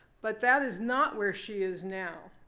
but that is not where she is now.